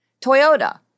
Toyota